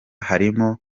harimo